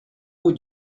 would